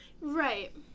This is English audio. Right